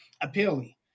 appealing